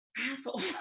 asshole